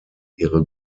ihre